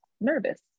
nervous